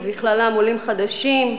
ובכללם עולים חדשים,